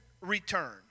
return